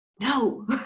No